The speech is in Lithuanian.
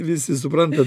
visi suprantat